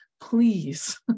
please